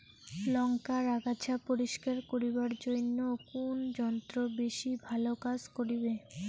লংকার আগাছা পরিস্কার করিবার জইন্যে কুন যন্ত্র বেশি ভালো কাজ করিবে?